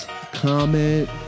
comment